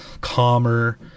calmer